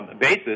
basis